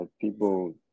people